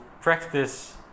practice